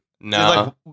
No